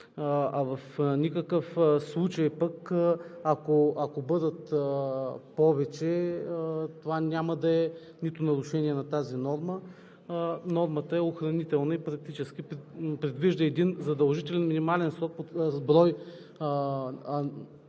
А в никакъв случай пък, ако бъдат повече, това няма да е нито нарушение на тази норма. Нормата е охранителна и практически предвижда един задължителен минимален брой, под който